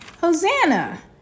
Hosanna